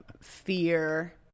fear